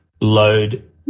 load